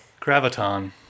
Graviton